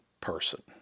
person